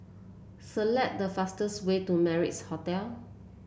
select the fastest way to Madras Hotel